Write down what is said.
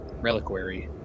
reliquary